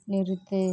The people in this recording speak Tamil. நிறுத்து